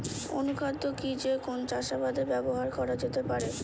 অনুখাদ্য কি যে কোন চাষাবাদে ব্যবহার করা যেতে পারে?